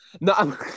No